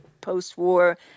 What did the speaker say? post-war